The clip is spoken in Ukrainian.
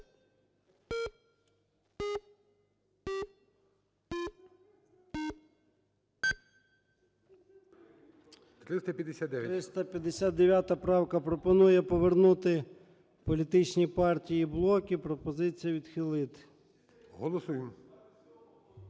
359 правка пропонує повернути політичні партії, блоки. Пропозиція відхилити. ГОЛОВУЮЧИЙ.